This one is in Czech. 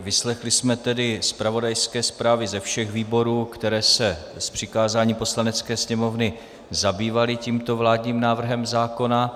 Vyslechli jsme zpravodajské zprávy ze všech výborů, které se z přikázání Poslanecké sněmovny zabývaly tímto vládním návrhem zákona.